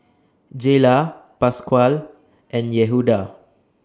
Jayla Pasquale and Yehuda